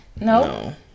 No